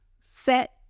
set